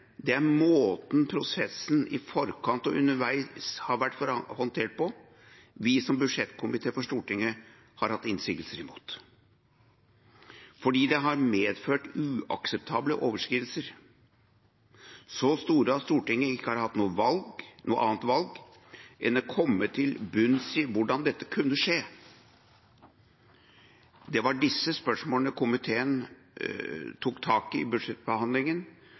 Det er måten prosessen i forkant og underveis har vært håndtert på, vi som budsjettkomité for Stortinget har hatt innsigelser imot, fordi det har medført uakseptable overskridelser, så store at Stortinget ikke har hatt noe annet valg enn å komme til bunns i hvordan dette kunne skje. Det var disse spørsmålene komiteen tok tak i i budsjettbehandlingen,